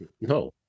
no